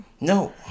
No